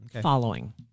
following